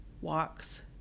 walks